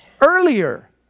Earlier